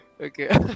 Okay